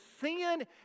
sin